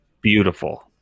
Beautiful